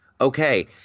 Okay